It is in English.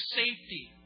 safety